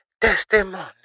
testimony